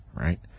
Right